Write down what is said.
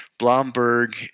Blomberg